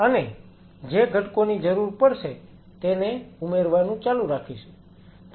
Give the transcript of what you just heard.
અને જે ઘટકોની જરૂર પડશે તેને ઉમેરવાનું ચાલુ રાખીશું